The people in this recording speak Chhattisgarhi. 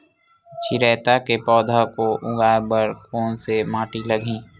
चिरैता के पौधा को उगाए बर कोन से माटी लगही?